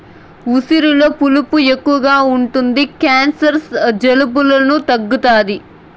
ఉసిరిలో పులుపు ఎక్కువ ఉంటది క్యాన్సర్, జలుబులను తగ్గుతాది